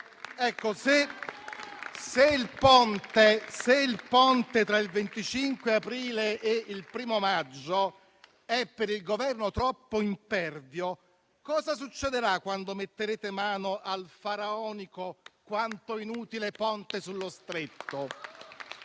Se il ponte tra il 25 aprile e il 1° maggio è per il Governo troppo impervio, cosa succederà quando metterete mano al faraonico quanto inutile ponte sullo Stretto?